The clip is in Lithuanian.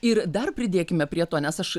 ir dar pridėkime prie to nes aš